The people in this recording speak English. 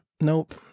nope